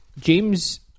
James